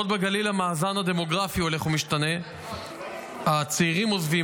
בעוד בגליל המאזן הדמוגרפי הולך ומשתנה הצעירים עוזבים,